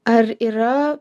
ar yra